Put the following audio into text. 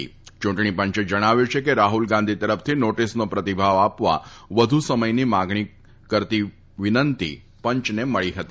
યૂંટણી પંચે જણાવ્યું છે કે રાફુલ ગાંધી તરફથી નોટીસનો પ્રતિભાવ આપવા વધુ સમયની માગણી કરતી વિનંતી પંચને મળી હતી